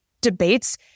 debates